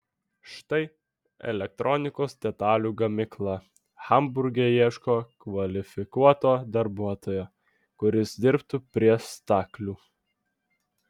štai elektronikos detalių gamykla hamburge ieško kvalifikuoto darbuotojo kuris dirbtų prie staklių